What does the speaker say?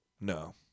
No